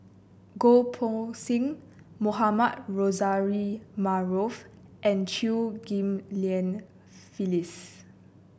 Goh Poh Seng Mohamed Rozani Maarof and Chew Ghim Lian Phyllis